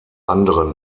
andere